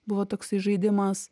buvo toksai žaidimas